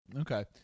okay